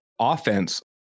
offense